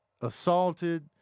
assaulted